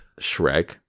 Shrek